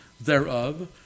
thereof